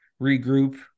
regroup